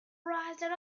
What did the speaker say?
rising